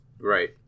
Right